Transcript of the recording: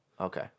Okay